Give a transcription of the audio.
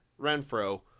Renfro